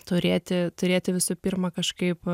turėti turėti visų pirma kažkaip